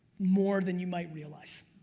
more than you might realize.